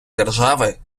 держави